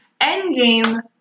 Endgame